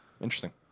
Interesting